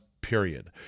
Period